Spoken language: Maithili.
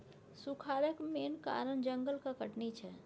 सुखारक मेन कारण जंगलक कटनी छै